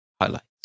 highlights